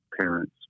parents